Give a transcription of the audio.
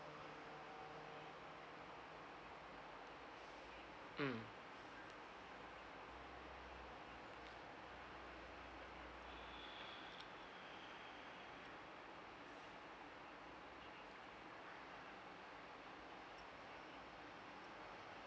mm